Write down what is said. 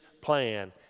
plan